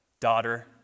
daughter